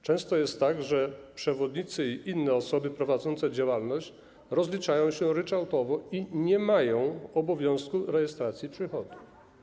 Często jest tak, że przewodnicy i inne osoby prowadzące działalność rozliczają się ryczałtowo i nie mają obowiązku rejestracji przychodów.